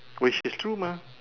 which is true mah